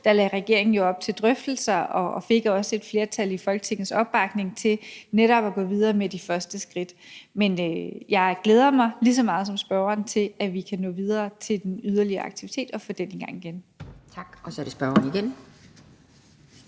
lå, lagde regeringen jo op til drøftelser og fik også opbakning fra et flertal i Folketinget til netop at gå videre med de første skridt. Men jeg glæder mig lige så meget som spørgeren til, at vi kan nå videre og få yderligere aktiviteter i gang igen. Kl. 17:38 Anden næstformand